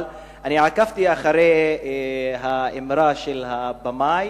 אבל עקבתי אחרי האמירה של הבמאי